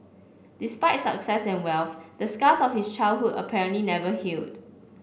despite success and wealth the scars of his childhood apparently never healed